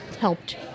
helped